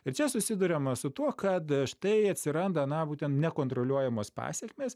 ir čia susiduriama su tuo kad štai atsiranda na būtent nekontroliuojamos pasekmės